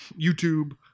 YouTube